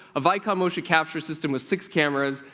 a vicon motion capture system with six cameras,